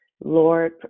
Lord